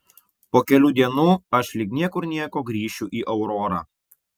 po kelių dienų aš lyg niekur nieko grįšiu į aurorą